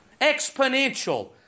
Exponential